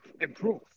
improve